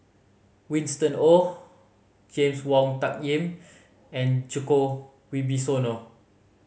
Winston Oh James Wong Tuck Yim and Djoko Wibisono